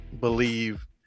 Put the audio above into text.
believe